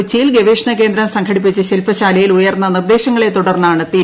കൊച്ചിയിൽ ഗവേഷണ കേന്ദ്രം സംഘടിപ്പിച്ച ശിൽപശാലയിൽ ഉയർന്ന നിർദേശങ്ങളെ തുടർന്നാണ് തീരുമാനം